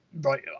right